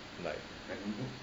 like